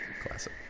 Classic